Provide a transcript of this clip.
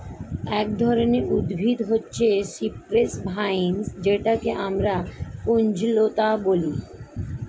এক ধরনের উদ্ভিদ হচ্ছে সিপ্রেস ভাইন যেটাকে আমরা কুঞ্জলতা বলি